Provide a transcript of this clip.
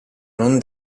non